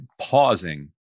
pausing